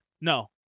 no